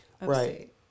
Right